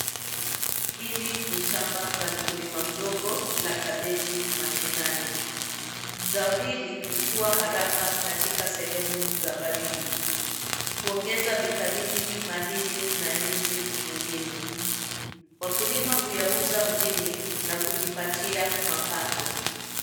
Hili ni shamba la mkulima mdogo la kabichi mashinani. Zao hili hukua haraka katika sehemu za baridi. Huongeza vitamini, madini na nyuzi mwilini. Wakulima huyauza mjini na kujipatia mapato.